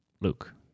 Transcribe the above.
luke